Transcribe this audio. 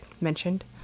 mentioned